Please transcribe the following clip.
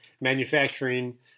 manufacturing